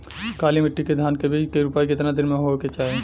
काली मिट्टी के धान के बिज के रूपाई कितना दिन मे होवे के चाही?